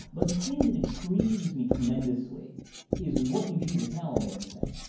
but the thing that intrigues me tremendously is what you hear the taliban saying,